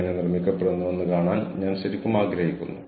എന്താണ് സംഭവിക്കുന്നതെന്ന് അവർ കാണിച്ചുതന്നു